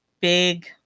big